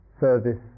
service